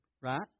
Right